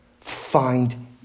Find